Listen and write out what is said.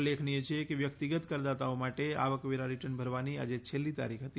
ઉલ્લેખનિય છે કે વ્યક્તિગત કરદાતાઓ માટે આવકવેરા રીટર્ન ભરવાની આજે છેલ્લી તારીખ હતી